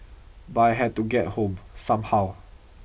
but I had to get home somehow